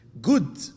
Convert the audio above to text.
good